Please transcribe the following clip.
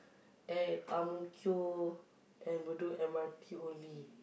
at Ang-Mo-Kio and Bedok M_R_T only